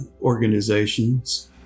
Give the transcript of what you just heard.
organizations